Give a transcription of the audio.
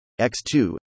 X2